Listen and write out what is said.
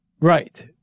Right